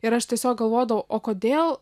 ir aš tiesiog galvodavau o kodėl